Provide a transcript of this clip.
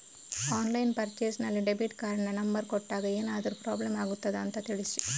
Online purchase ನಲ್ಲಿ debit ಕಾರ್ಡಿನ number ಕೊಟ್ಟಾಗ ಏನಾದರೂ ಪ್ರಾಬ್ಲಮ್ ಆಗುತ್ತದ ಅಂತ ತಿಳಿಸಿ?